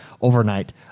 overnight